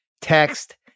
text